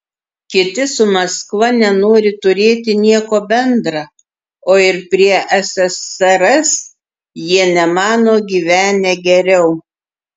kiti su maskva nenori turėti nieko bendra o ir prie ssrs jie nemano gyvenę geriau